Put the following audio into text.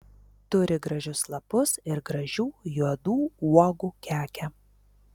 turi gražius lapus ir gražių juodų uogų kekę